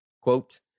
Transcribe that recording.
Quote